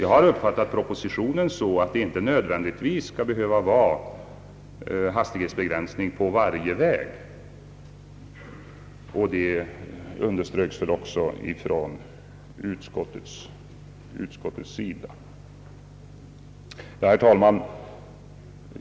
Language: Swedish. Jag har uppfattat propositionen så att det inte nödvändigtvis skall behöva vara hastighetsbegränsning på varje väg. Detta torde också ha varit utskottets uppfattning. Herr talman!